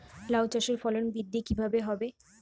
লাউ চাষের ফলন বৃদ্ধি কিভাবে হবে?